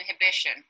inhibition